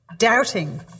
Doubting